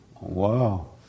Wow